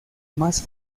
más